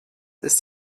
ist